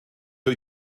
wyt